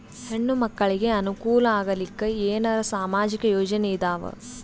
ಹೆಣ್ಣು ಮಕ್ಕಳಿಗೆ ಅನುಕೂಲ ಆಗಲಿಕ್ಕ ಏನರ ಸಾಮಾಜಿಕ ಯೋಜನೆ ಇದಾವ?